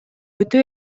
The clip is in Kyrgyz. өтө